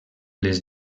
les